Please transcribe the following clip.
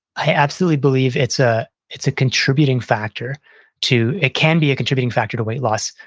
i absolutely believe it's ah it's a contributing factor to, it can be a contributing factor to weight loss,